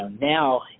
Now